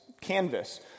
canvas